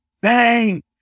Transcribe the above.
bang